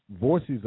voices